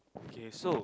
okay so